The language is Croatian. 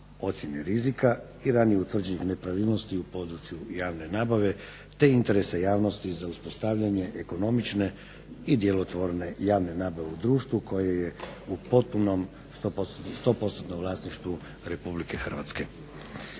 ocjene rizika i ranije utvrđenih nepravilnosti u području javne nabave, te interesa javnosti za uspostavljanje ekonomične i djelotvorne javne nabave u društvu koje je u potpunom 100 % vlasništvu Republike Hrvatske.